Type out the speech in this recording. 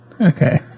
okay